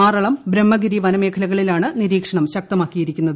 ആറളം ബ്രഹ്മഗിരി വനമേഖലകളിലാണ് നിരീക്ഷണം ശക്തമാക്കിയിരിക്കുന്നത്